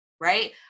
right